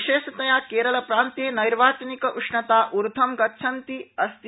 विशेषतया केरलप्रान्ते न्य्रीचनिक उष्णता उर्ध्वं गच्छन्ती अस्ति